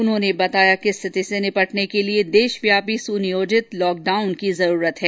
उन्होंने बताया कि स्थिति से निपटने के लिये देशव्यापी सुनियोजित लॉकडाउन की जरूरत है